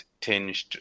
tinged